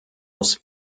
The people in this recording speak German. aus